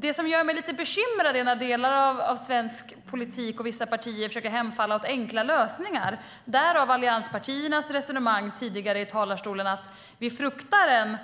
Det som gör mig lite bekymrad är när delar av svensk politik och vissa partier hemfaller åt försök till enkla lösningar - därav allianspartiernas resonemang tidigare i talarstolen om att vi fruktar